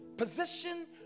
Position